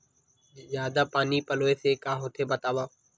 जादा पानी पलोय से का होथे बतावव?